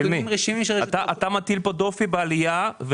אתה מטיל פה דופי בעליה.